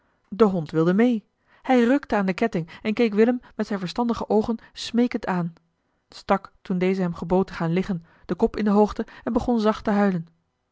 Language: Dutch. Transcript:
de hond wilde mee hij rukte aan den ketting en keek willem met zijne verstandige oogen smeekend aan stak toen deze hem gebood te gaan liggen den kop in de hoogte en begon zacht te huilen